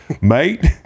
mate